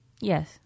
Yes